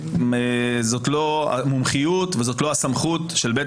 זאת לא המומחיות וזאת לא הסמכות של בית